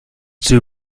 too